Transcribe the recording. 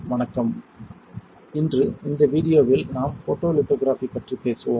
வணக்கம் இன்று இந்த வீடியோவில் நாம் போட்டோலித்தோகிராபி பற்றி பேசுவோம்